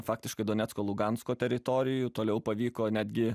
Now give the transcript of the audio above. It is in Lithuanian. faktiškai donecko lugansko teritorijų toliau pavyko netgi